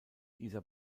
dieser